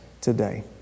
today